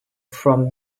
from